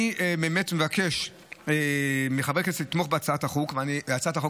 אני באמת מבקש מחברי הכנסת לתמוך בהצעת החוק הזאת.